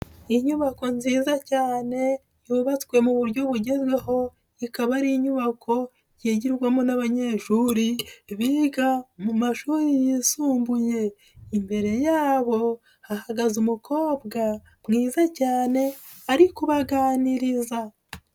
Inyubako nziza cyane yubatswe mu buryo bugezweho, ikaba ari inyubako yigirwamo n'abanyeshuri biga mu mashuri yisumbuye. Imbere y'aho hahagaze umukobwa mwiza cyane ari kubaganiriza.